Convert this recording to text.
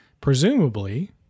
presumably